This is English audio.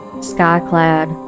sky-clad